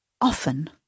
often